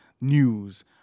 news